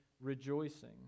rejoicing